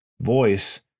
voice